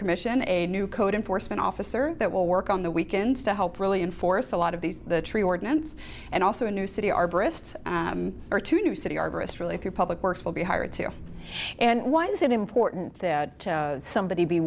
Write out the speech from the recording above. commission a new code enforcement officer that will work on the weekends to help really enforce a lot of these the tree ordinance and also a new city arborists or two new city argus really three public works will be hired to and why is it important that somebody be